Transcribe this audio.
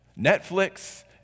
Netflix